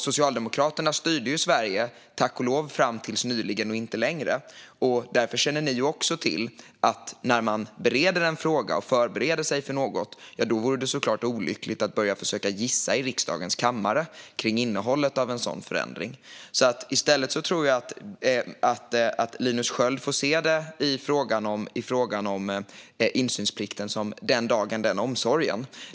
Socialdemokraterna styrde ju Sverige fram till nyligen, men tack och lov inte längre, och därför känner ni också till att när man bereder en fråga och förbereder sig för något är det olyckligt att i riksdagens kammare försöka gissa innehållet i en sådan förändring. I stället får Linus Sköld tänka: den dagen, den omsorgen.